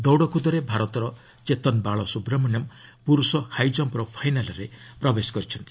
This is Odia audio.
ଦୌଡ଼କୁଦରେ ଭାରତର ଚେତନ ବାଲସୁବ୍ରମଣ୍ୟ ପୁରୁଷ ହାଇଜମ୍ପ୍ର ଫାଇନାଲ୍ରେ ପ୍ରବେଶ କରିଛନ୍ତି